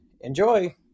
enjoy